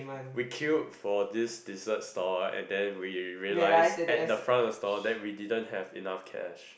we queue for this dessert store and then we realise at the front of store that we didn't have enough cash